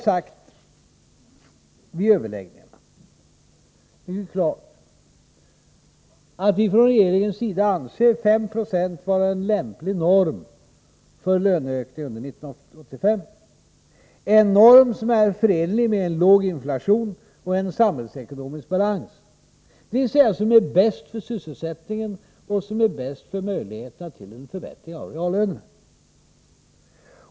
Regeringen har vid överläggningarna klart sagt ifrån att vi anser 5 96 vara en lämplig norm för löneökningarna under 1985, en norm som är förenlig med en låg inflation och en samhällsekonomisk balans. Detta är bäst för sysselsättningen och bäst för möjligheterna till en förbättring av reallönerna.